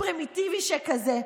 פרימיטיבי שכזה,